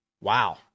Wow